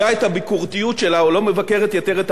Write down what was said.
או לא מבקרת יתר על המידה את הממשלה ואת ראש הממשלה,